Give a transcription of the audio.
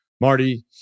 Marty